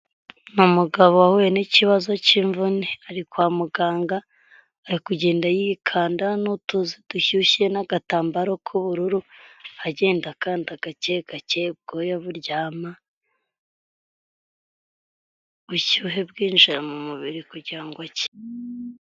Ni umugabo wahuye n'ikibazo cy'imvune, ari kwa muganga ari kugenda yikanda n'utuzi dushyushye n'agatambaro k'ubururu, agenda akanda gake gake ubwoya buryama, ubushyuhe bwinjira mu mubiri kugirango ngo akire.